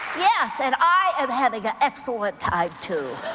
yes and i am having an excellent time too.